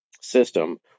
system